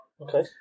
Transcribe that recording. Okay